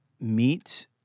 meet